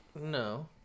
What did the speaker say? No